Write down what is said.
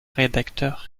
rédacteur